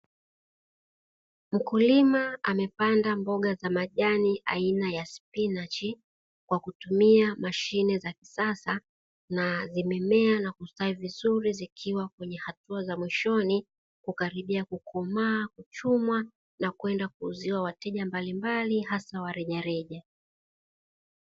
Mkulima amepanda mboga za majani aina ya spinachi kwa kutumia mashine za kisasa na zimemea na kustawi vizuri, zikiwa kwenye hatua za mwishoni kukaribia kukomaa kuchumwa na kwenda kuuziwa wateja mbalimbali hasa warejereja.